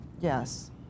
Yes